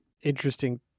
interesting